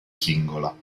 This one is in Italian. singola